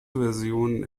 versionen